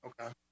Okay